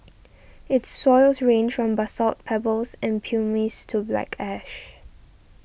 its soils range from basalt pebbles and pumice to black ash